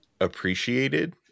appreciated